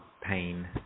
pain